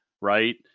Right